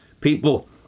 people